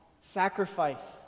sacrifice